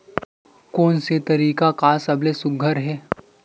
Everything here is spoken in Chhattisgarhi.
कोन से तरीका का सबले सुघ्घर हे?